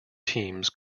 teams